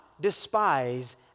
despise